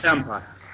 Empire